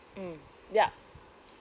mm yeah